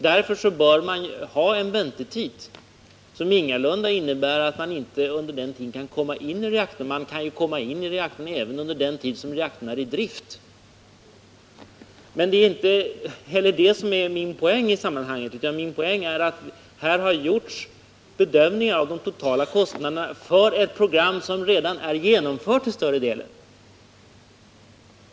Därför bör man ha en väntetid, som ingalunda innebär att man inte under den tiden kan komma in i reaktorn. Man kan ju komma in i reaktorn även under den tid då den är i drift. Men det är inte heller detta som är min poäng i sammanhanget. Min poäng äratt här har gjorts bedömningar av de totala kostnaderna för ett program som redan är genomfört till större delen.